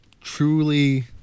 Truly